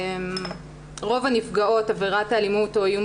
רוב הנפגעות עבירת האלימות או איום